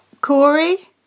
Corey